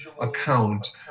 account